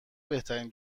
بهترین